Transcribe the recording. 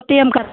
पे T M कर